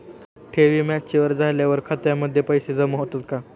ठेवी मॅच्युअर झाल्यावर खात्यामध्ये पैसे जमा होतात का?